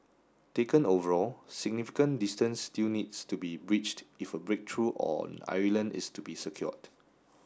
taken overall significant distance still needs to be bridged if a big breakthrough on Ireland is to be secured